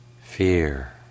fear